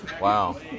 Wow